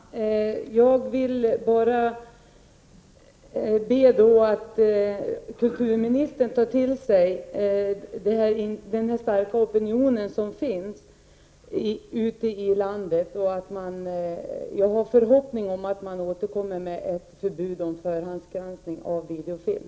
Herr talman! Jag vill bara be att kulturministern beaktar den starka opinion som finns ute i landet. Jag har en förhoppning om att regeringen återkommer med ett förslag om förhandsgranskning av videofilm.